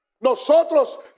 Nosotros